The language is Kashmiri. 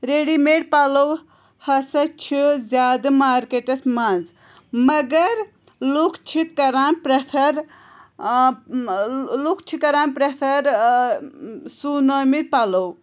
ریڈی میڈ پَلو ہَسا چھِ زیادٕ مارکٮ۪ٹَس منٛز مگر لُکھ چھِ کَران پرٛٮ۪فَر لُکھ چھِ کَران پرٛٮ۪فَر سوٗنٲمٕتۍ پَلو